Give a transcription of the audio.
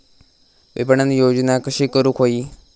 विपणन योजना कशी करुक होई?